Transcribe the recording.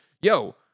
yo